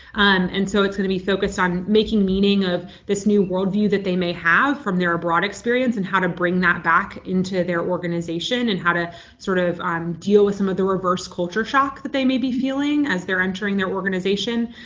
and so it's going to be focused on making meaning of this new worldview that they may have from their abroad experience and how to bring that back into their organization and how to sort of um deal with some of the reverse culture shock that they may be feeling as they're entering their organization.